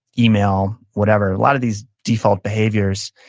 email, whatever, a lot of these default behaviors.